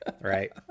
Right